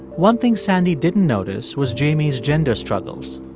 one thing sandy didn't notice was jamie's gender struggles.